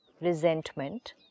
resentment